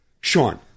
Sean